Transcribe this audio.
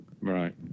Right